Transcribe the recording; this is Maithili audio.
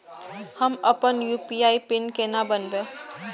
हम अपन यू.पी.आई पिन केना बनैब?